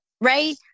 right